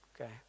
Okay